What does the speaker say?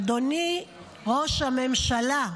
אדוני ראש הממשלה,